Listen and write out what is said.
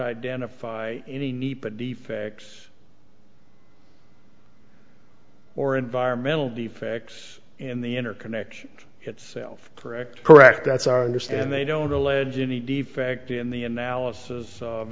identify any nepa defects or environmental defects in the interconnection itself correct correct that's our understand they don't allege any defect in the analysis of